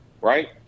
right